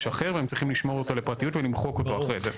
אחר והם צריכים לשמור אותו לפרטיות ולמחוק אותו אחרי זה.